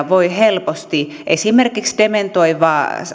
voi helposti esimerkiksi dementoivaa